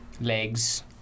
Legs